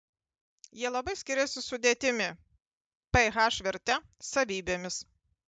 jie labai skiriasi sudėtimi ph verte savybėmis